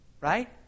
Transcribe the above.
Right